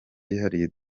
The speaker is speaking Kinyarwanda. yihariye